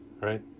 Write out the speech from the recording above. Right